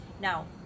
Now